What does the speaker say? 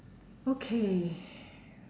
okay